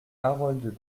harold